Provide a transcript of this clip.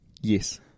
Yes